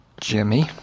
Jimmy